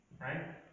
right